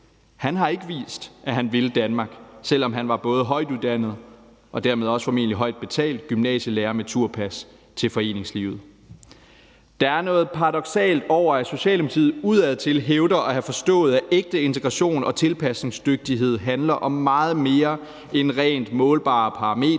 han har ikke vist, at han vil Danmark, selv om han var både højtuddannet og dermed formentlig også højt betalt gymnasielærer med turpas til foreningslivet. Der er noget paradoksalt over, at Socialdemokratiet udadtil hævder at have forstået, at ægte integration og tilpasningsdygtighed handler om meget mere end rent målbare parametre